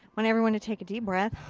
want everyone to take a deep breath.